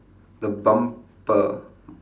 the bumper